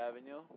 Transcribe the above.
Avenue